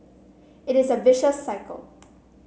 it is a vicious cycle